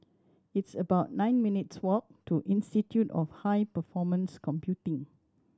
it's about nine minutes' walk to Institute of High Performance Computing